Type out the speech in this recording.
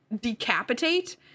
decapitate